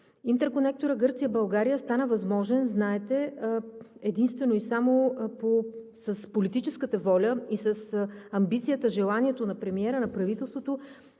Интерконекторът Гърция – България стана възможен, знаете, единствено и само с политическата воля, с амбицията, желанието на премиера, на правителството,